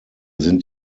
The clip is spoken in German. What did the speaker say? sind